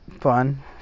Fun